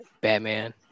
Batman